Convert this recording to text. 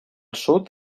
sud